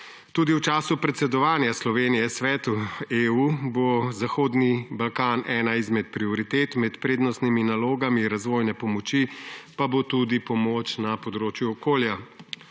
Tudi v času predsedovanja Slovenije Svetu Evropske unije bo Zahodni Balkan ena izmed prioritet. Med prednostnimi nalogami razvojne pomoči pa bo tudi pomoč na področju okolja.